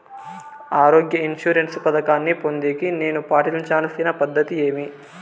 ఆరోగ్య ఇన్సూరెన్సు పథకాన్ని పొందేకి నేను పాటించాల్సిన పద్ధతి ఏమి?